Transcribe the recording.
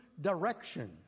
direction